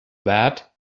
that